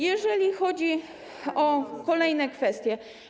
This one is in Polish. Jeżeli chodzi o kolejne kwestie.